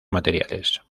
materiales